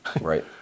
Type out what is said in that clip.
right